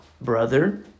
brother